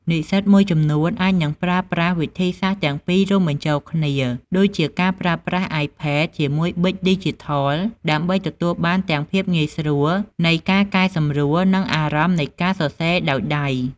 និស្សិតមួយចំនួនអាចនឹងប្រើប្រាស់វិធីសាស្ត្រទាំងពីររួមបញ្ចូលគ្នា ដូចជាការប្រើប្រាស់ អាយផេត ជាមួយប៊ិចឌីជីថល ដើម្បីទទួលបានទាំងភាពងាយស្រួលនៃការកែសម្រួល និងអារម្មណ៍នៃការសរសេរដោយដៃ។